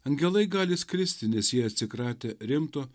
angelai gali skristi nes jie atsikratę rimto